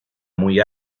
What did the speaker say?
muy